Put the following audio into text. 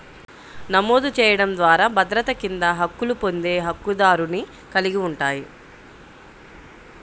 నమోదు చేయడం ద్వారా భద్రత కింద హక్కులు పొందే హక్కుదారుని కలిగి ఉంటాయి,